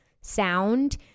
sound